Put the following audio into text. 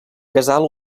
casal